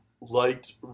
liked